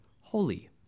holy